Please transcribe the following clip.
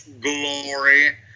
glory